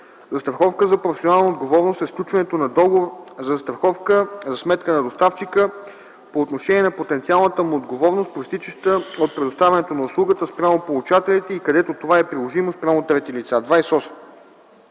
„Застраховка за професионална отговорност“ e сключването на договор за застраховка за сметка на доставчика по отношение на потенциалната му отговорност, произтичаща от предоставянето на услугата, спрямо получателите и, където това е приложимо - спрямо трети лица.